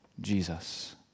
Jesus